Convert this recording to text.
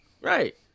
Right